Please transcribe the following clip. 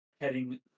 heading